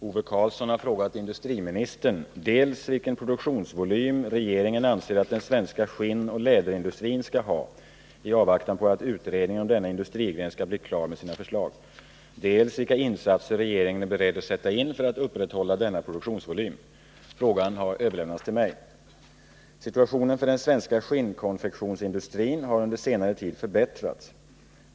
Herr talman! Ove Karlsson har frågat dels vilken produktionsvolym regeringen anser att den svenska skinnoch läderindustrin skall ha i avvaktan på att utredningen om denna industrigren skall bli klar med sina förslag, dels vilka insatser regeringen är beredd att sätta in för att upprätthålla denna produktionsvolym. Frågan har överlämnats till mig. Situationen för den svenska skinnkonfektionsindustrin har under senare tid förbättrats.